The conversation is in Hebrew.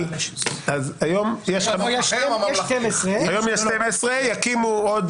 היום יש 12. יקימו עוד